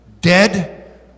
dead